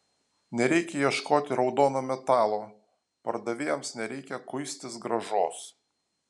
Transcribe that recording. nereikia ieškoti raudono metalo pardavėjams nereikia kuistis grąžos